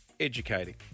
Educating